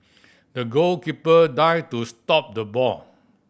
the goalkeeper dived to stop the ball